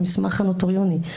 המסמך הנוטריוני,